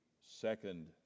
second